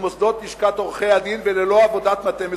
מוסדות לשכת עורכי-הדין וללא עבודת מטה מסודרת.